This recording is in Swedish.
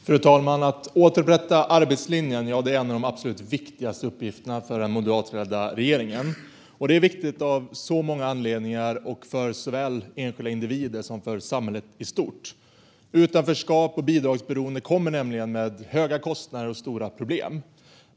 Fru talman! Att återupprätta arbetslinjen är en av de absolut viktigaste uppgifterna för den moderatledda regeringen. Det är viktigt av många anledningar för såväl enskilda individer som samhället i stort. Med utanförskap och bidragsberoende kommer nämligen höga kostnader och stora problem.